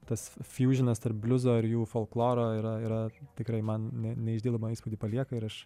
tas fjūžinas tarp bliuzo ir jų folkloro yra yra tikrai man ne neišdildomą įspūdį palieka ir aš